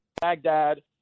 Baghdad